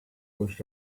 was